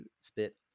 spit